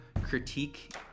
critique